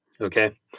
Okay